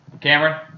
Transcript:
Cameron